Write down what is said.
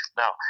now